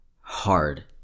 hard